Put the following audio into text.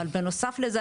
אבל בנוסף לזה,